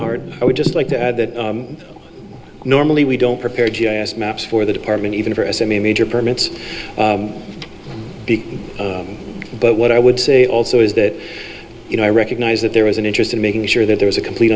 hard i would just like to add that normally we don't prepare g i s maps for the department even for us i mean major permits but what i would say also is that you know i recognize that there is an interest in making sure that there is a complete